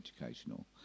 educational